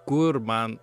kur man